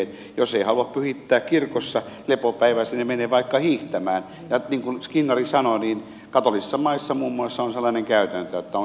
jos ei halua pyhittää kirkossa lepopäivää niin menee vaikka hiihtämään ja niin kuin skinnari sanoi niin katolisissa maissa muun muassa on sellainen käytäntö että on se yksi vapaapäivä